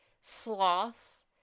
sloths